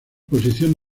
posición